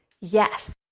Yes